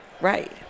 right